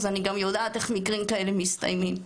אז אני גם יודעת איך מקרים כאלה מסתיימים,